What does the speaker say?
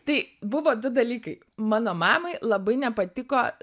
tai buvo du dalykai mano mamai labai nepatiko